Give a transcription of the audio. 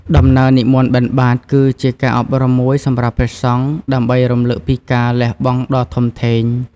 ដំណើរនិមន្តបិណ្ឌបាត គឺជាការអប់រំមួយសម្រាប់ព្រះសង្ឃ ដើម្បីរំលឹកពីការលះបង់ដ៏ធំធេង។